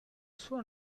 suo